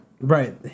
Right